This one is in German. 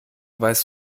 weiß